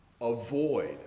Avoid